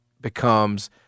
becomes